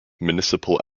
municipal